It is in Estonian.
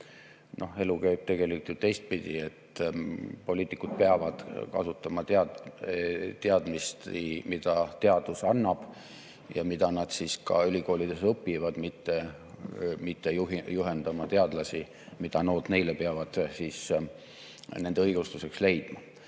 Elu käib tegelikult ju teistpidi – poliitikud peavad kasutama teadmisi, mida teadus annab ja mida nad ülikoolis õpivad, mitte juhendama teadlasi, mida nood neile peavad nende õigustuseks leidma.